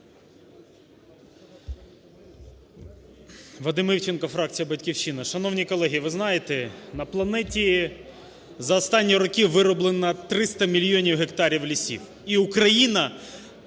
Вадим Івченко, фракція "Батьківщина". Шановні колеги! Ви знаєте, на планеті за останні роки вирублено 300 мільйонів гектарів лісів, і Україна